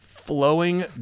Flowing